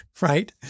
right